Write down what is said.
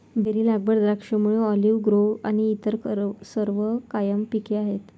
berry लागवड, द्राक्षमळे, olive grove आणि इतर सर्व कायम पिके आहेत